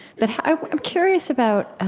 but i'm i'm curious about